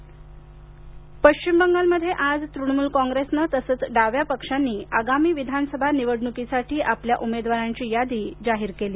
बंगाल पश्चिम बंगालमध्ये आज तृणमूल कॉंग्रेसनं तसंच डाव्या पक्षांनी आगामी विधानसभा निवडणूकीसाठी आपल्या उमेदवारांची यादी आज जाहीर केली